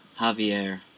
javier